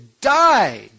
died